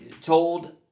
told